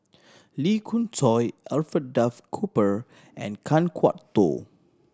Lee Khoon Choy Alfred Duff Cooper and Kan Kwok Toh